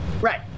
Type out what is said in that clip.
Right